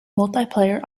multiplayer